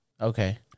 Okay